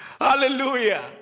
Hallelujah